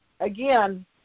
Again